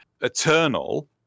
Eternal